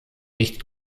nicht